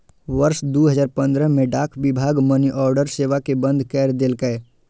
वर्ष दू हजार पंद्रह मे डाक विभाग मनीऑर्डर सेवा कें बंद कैर देलकै